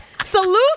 Salute